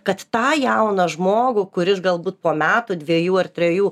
kad tą jauną žmogų kuris galbūt po metų dvejų ar trejų